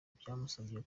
byamusabye